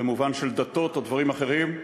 במובן של דתות או דברים אחרים,